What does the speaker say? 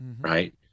Right